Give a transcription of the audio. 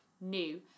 new